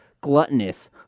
Gluttonous